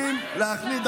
מה נסגר?